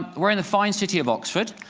we're in the fine city of oxford.